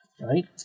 right